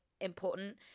important